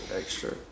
extra